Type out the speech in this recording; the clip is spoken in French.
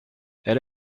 elle